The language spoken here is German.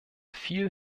viel